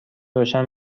روشن